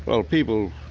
well people